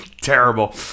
terrible